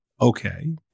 okay